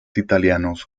italianos